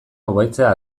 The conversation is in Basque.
hobetzea